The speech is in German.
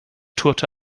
tourte